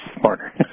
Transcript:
smarter